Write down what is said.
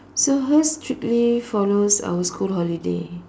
so hers should be follows our school holiday